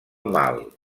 mal